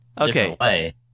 Okay